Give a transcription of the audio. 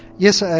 yes, ah